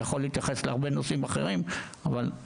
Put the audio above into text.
אני יכול להתייחס לעוד נושאים אבל אין